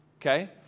Okay